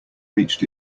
reached